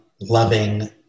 loving